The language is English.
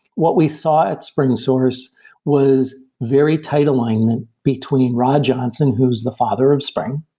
what we saw at springsource was very tight alignment between rod johnson, who's the father of spring,